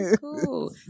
cool